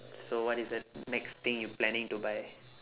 so what is the next thing you planning to buy